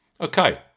Okay